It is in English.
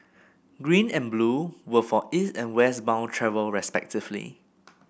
green and blue were for East and West bound travel respectively